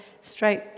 straight